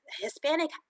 Hispanic